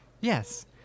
Yes